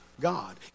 God